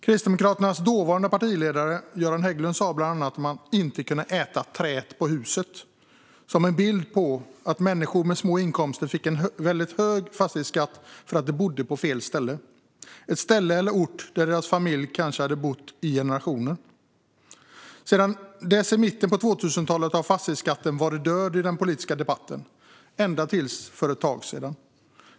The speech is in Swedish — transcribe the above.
Kristdemokraternas dåvarande partiledare Göran Hägglund sa bland annat att man inte kan äta träet på huset, för att ge en bild av att människor med små inkomster fick en väldigt hög fastighetsskatt för att de bodde på fel ställe - ett ställe eller en ort där deras familj kanske hade bott i generationer. Sedan dess, i mitten på 2000-talet, har fastighetsskatten varit död i den politiska debatten, ända tills för ett tag sedan.